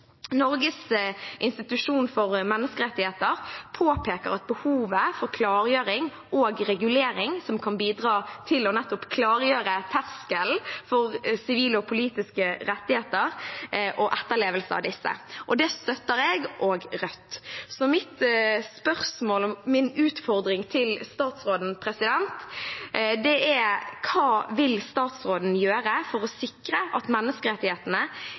Norges institusjon for menneskerettigheter påpeker behovet for klargjøring og regulering som kan bidra til nettopp å klargjøre terskelen for sivile og politiske rettigheter og etterlevelse av disse, og det støtter jeg og Rødt. Så mitt spørsmål og min utfordring til statsråden er: Hva vil statsråden gjøre for å sikre at menneskerettighetene